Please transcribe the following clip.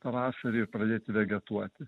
pavasarį ir pradėt vegetuoti